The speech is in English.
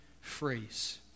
phrase